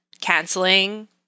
canceling